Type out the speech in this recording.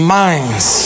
minds